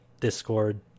Discord